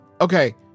Okay